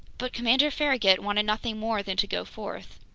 but commander farragut wanted nothing more than to go forth.